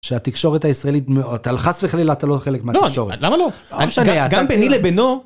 כשהתקשורת הישראלית מאוד, על חס וחלילה אתה לא חלק מהתקשורת. לא, למה לא? גם ביני לבינו.